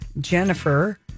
Jennifer